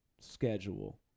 Schedule